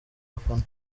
bafana